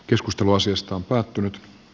keskustelu asiasta on päättynyt